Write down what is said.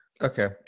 okay